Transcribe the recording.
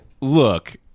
Look